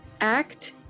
Act